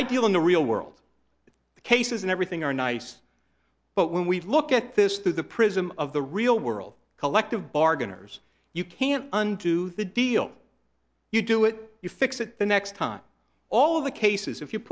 deal in the real world cases and everything are nice but when we look at this through the prism of the real world collective bargain hunters you can't undo the deal you do it you fix it the next time all of the cases if you